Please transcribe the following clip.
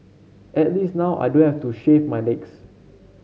at least now I don't have to shave my legs